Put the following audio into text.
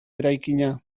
eraikina